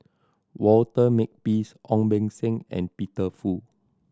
Walter Makepeace Ong Beng Seng and Peter Fu